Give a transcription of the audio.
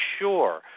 sure